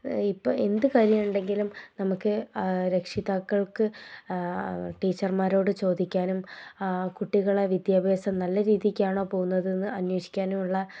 ഇപ്പം എന്ത് കാര്യം ഉണ്ടെങ്കിലും നമുക്ക് രക്ഷിതാക്കൾക്ക് ടീച്ചർമാരോട് ചോദിക്കാനും കുട്ടികളെ വിദ്യാഭ്യാസം നല്ല രീതിക്കാണോ പോകുന്നതെന്ന് അന്വേഷിക്കാനുമുള്ള